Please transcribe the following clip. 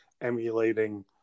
emulating